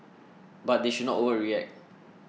but they should not overreact